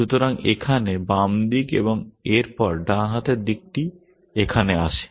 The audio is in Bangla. সুতরাং এখানে বাম দিক এবং এরপর ডান হাতের দিকটি এখানে আসে